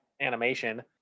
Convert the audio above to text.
animation